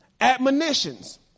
Admonitions